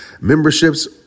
memberships